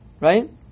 Right